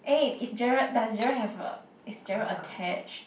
eh it's Gerald does Gerald have a is Gerald attached